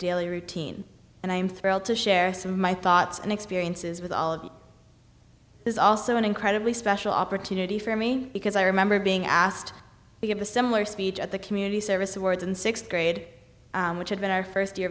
daily routine and i am thrilled to share some of my thoughts and experiences with all of you is also an incredibly special opportunity for me because i remember being asked to give a similar speech at the community service awards and sixth grade which had been our first year